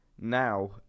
Now